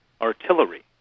artillery